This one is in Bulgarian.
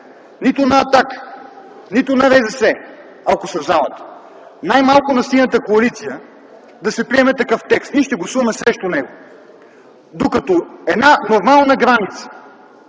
нито на „Атака”, нито на РЗС, ако са в залата, най-малкото на Синята коалиция да се приеме такъв текст. Ние ще гласуваме срещу него. Една нормална граница